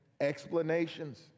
explanations